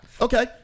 Okay